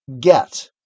get